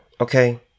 Okay